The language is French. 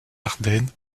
ardennes